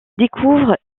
découvre